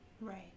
right